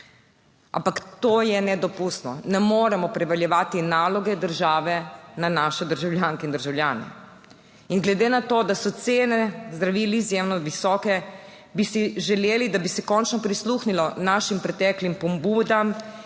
to je nedopustno, ne moremo prevaljevati naloge države na naše državljanke in državljane. In glede na to, da so cene zdravil izjemno visoke, bi si želeli, da bi se končno prisluhnilo našim preteklim pobudam